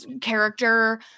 character